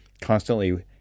constantly